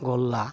ᱜᱳᱞᱞᱟ